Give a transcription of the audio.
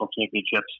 championships